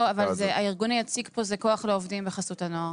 הארגון היציג פה זה כוח לעובדים וחסות הנוער.